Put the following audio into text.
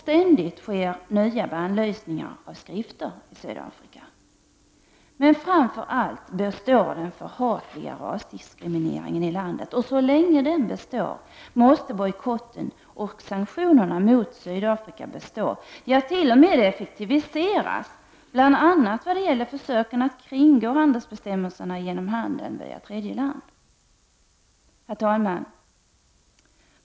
Ständigt sker nya bannlysningar av skrifter i Sydafrika. Men framför allt består den förhatliga rasdiskrimineringen i landet, och så länge den består måste bojkotten och sanktionerna mot Sydafrika bestå, ja t.o.m. effektiviseras, bl.a. vad gäller försöken att kringgå handelsbestämmelserna genom handel via tredje land. Herr talman!